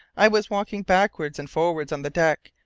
i was walking backwards and forwards on the deck,